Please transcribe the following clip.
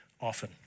often